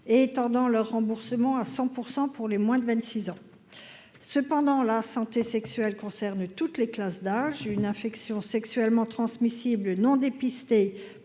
et étendant leur remboursement à 100 % pour les moins de 26 ans, cependant la santé sexuelle concerne toutes les classes d'âge, une infection sexuellement transmissible non dépistés